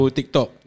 TikTok